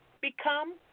become